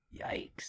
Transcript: Yikes